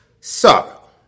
Sorrow